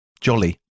jolly